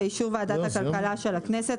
באישור ועדת הכלכלה של הכנסת,